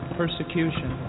persecution